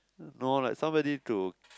no like somebody to